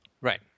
right